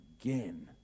again